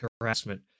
harassment